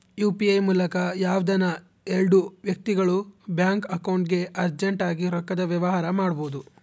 UPI ಮೂಲಕ ಯಾವ್ದನ ಎಲ್ಡು ವ್ಯಕ್ತಿಗುಳು ಬ್ಯಾಂಕ್ ಅಕೌಂಟ್ಗೆ ಅರ್ಜೆಂಟ್ ಆಗಿ ರೊಕ್ಕದ ವ್ಯವಹಾರ ಮಾಡ್ಬೋದು